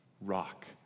rock